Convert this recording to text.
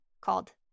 called